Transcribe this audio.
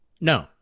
no